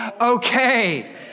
okay